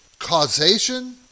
Causation